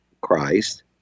Christ